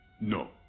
No